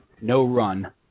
no-run